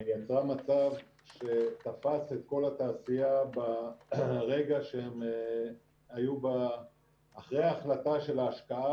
יצרה מצב שתפס את כל התעשייה ברגע שהם היו אחרי ההחלטה של ההשקעה